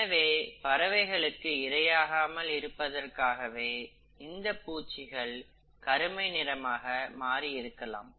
எனவே பறவைகளுக்கு இரையாகாமல் இருப்பதற்காகவே இந்தப் பூச்சிகள் கருமை நிறமாக மாறி இருக்கலாம்